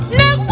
no